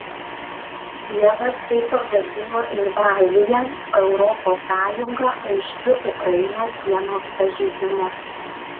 kijevas tai pavadino invazija o europos sąjunga aiškiu ukrainos sienos pažeidimu